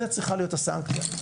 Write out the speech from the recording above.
זו צריכה להיות הסנקציה.